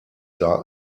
dark